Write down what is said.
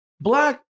Black